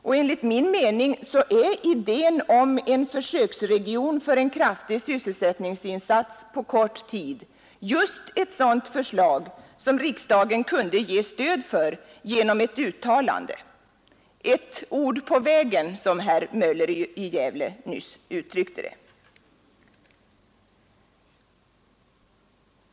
Och enligt min mening är idén om en försöksregion för en kraftig sysselsättningsinsats på kort tid just ett sådant förslag som riksdagen kunde ge stöd genom ett uttalande — ett ord på vägen, som herr Möller i Gävle nyss uttryckte det.